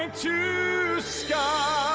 like to sky